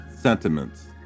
sentiments